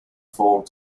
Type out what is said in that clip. formed